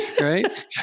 Right